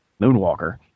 Moonwalker